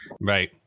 Right